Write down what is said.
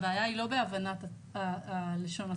הבעיה היא לא בהבנת לשון הצו,